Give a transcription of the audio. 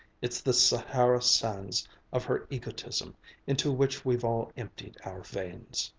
it's the sahara sands of her egotism into which we've all emptied our veins.